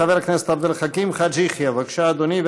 חבר הכנסת עבד אל חכים חאג' יחיא, בבקשה, אדוני.